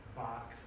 box